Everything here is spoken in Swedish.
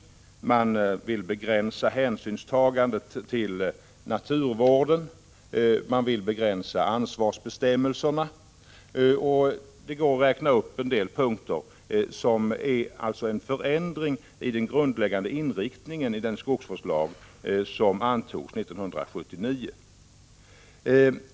Moderaterna vill vidare begränsa hänsynstagandet till naturvården, och de vill begränsa ansvarsbestämmelserna. Det går således att räkna upp en rad punkter som innebär förändringar i den grundläggande inriktningen av den skogsvårdslag som antogs 1979.